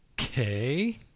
Okay